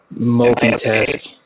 multitask